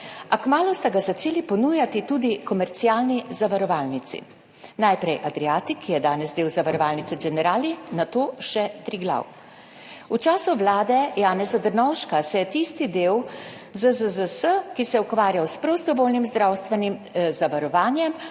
a kmalu sta ga začeli ponujati tudi komercialni zavarovalnici, najprej Adriatic, ki je danes del zavarovalnice Generali, nato še Triglav. V času vlade Janeza Drnovška se je tisti del ZZZS, ki se je ukvarjal s prostovoljnim zdravstvenim zavarovanjem,